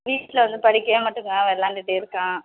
வீட்டில் வந்து படிக்கவே மாட்டேங்குறான் விளாண்டுட்டே இருக்கான்